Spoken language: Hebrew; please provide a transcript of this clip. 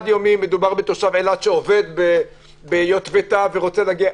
מדובר בתושב אילת שעובד ביטבתה ורוצה להגיע.